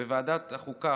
בוועדת החוקה,